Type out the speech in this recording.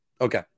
Okay